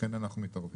לכן אנחנו מתערבים.